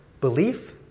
belief